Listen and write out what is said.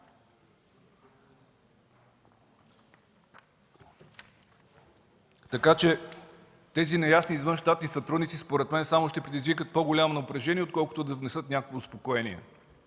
Тези неясни извънщатни сътрудници според мен само ще предизвикат по-голямо напрежение, отколкото да внесат някакво успокоение.